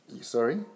sorry